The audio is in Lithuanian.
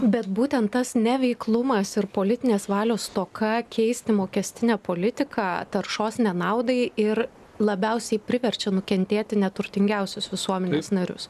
bet būtent tas neveiklumas ir politinės valios stoka keisti mokestinę politiką taršos nenaudai ir labiausiai priverčia nukentėti neturtingiausius visuomenės narius